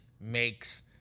makes